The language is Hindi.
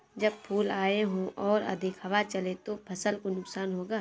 जब फूल आए हों और अधिक हवा चले तो फसल को नुकसान होगा?